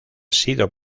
sido